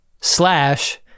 slash